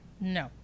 No